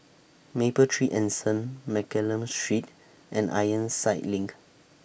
Mapletree Anson Mccallum Street and Ironside LINK